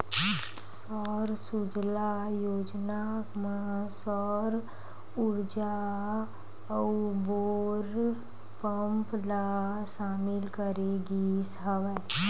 सौर सूजला योजना म सौर उरजा अउ बोर पंप ल सामिल करे गिस हवय